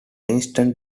instance